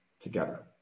together